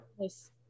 yes